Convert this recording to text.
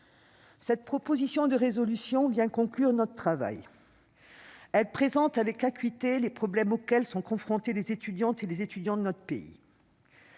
Cette proposition de résolution vient conclure notre travail. Elle présente avec acuité les problèmes auxquels sont confrontés les étudiants de notre pays.